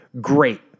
Great